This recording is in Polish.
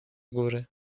góry